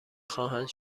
خواهند